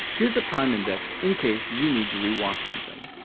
here's a time index in case you need to re-watch something.